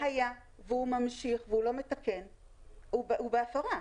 ואם הוא ממשיך ולא מתקן, אז הוא בהפרה.